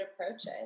approaches